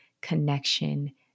Connection